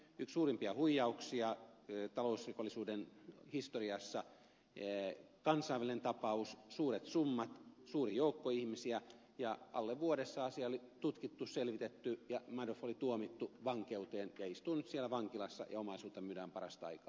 yksi suurimpia huijauksia talousrikollisuuden historiassa kansainvälinen tapaus suuret summat suuri joukko ihmisiä ja alle vuodessa asia oli tutkittu selvitetty ja madoff oli tuomittu vankeuteen ja istuu nyt siellä vankilassa ja omaisuutta myydään parasta aikaa